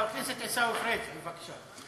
חבר הכנסת עיסאווי פריג', בבקשה.